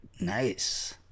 nice